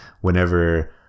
whenever